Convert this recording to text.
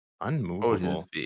Unmovable